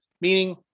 meaning